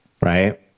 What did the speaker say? right